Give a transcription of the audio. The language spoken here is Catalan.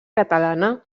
catalana